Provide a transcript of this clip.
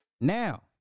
Now